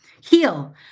heal